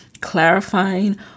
clarifying